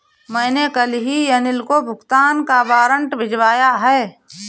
मैंने कल ही अनिल को भुगतान का वारंट भिजवाया है